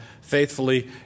faithfully